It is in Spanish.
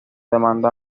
demanda